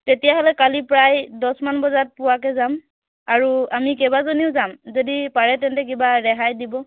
তেতিয়াহ'লে কালি প্ৰায় দহমান বজাত পোৱাকৈ যাম আৰু আমি কেইবাজনীও যাম যদি পাৰে তেন্তে কিবা ৰেহাই দিব